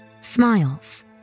Smiles